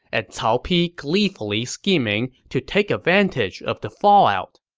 and cao pi gleefully scheming to take advantage of the fallout.